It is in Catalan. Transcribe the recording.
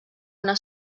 una